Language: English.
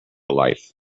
life